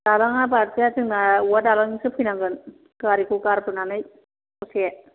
दालाङा बारजाया जोंना औवा दालां जोंसो फैनांगोन गारिखौ गारबोनानै ससे